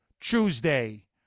tuesday